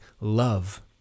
love